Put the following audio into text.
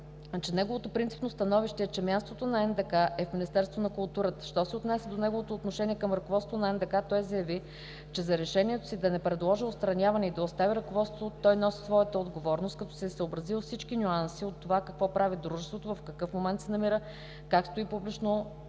неговото принципно становище е, че мястото на НДК е в Министерство на културата. Що се отнася до неговото отношение към ръководството на НДК, той заяви, че за решението си да не предложи отстраняване и да остави ръководството той носи своята отговорност, като се е съобразил с всички нюанси – от това какво прави Дружеството, в какъв момент се намира, как стои публично